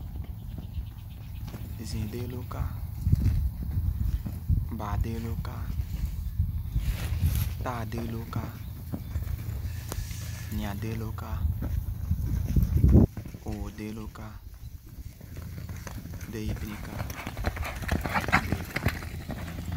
Zii déé loo kaa, baa déé loo kaa, taa déé loo kaa, nyi-a déé loo kaa, õõh déé loo kaa, déé ipini kaa, déé kaa.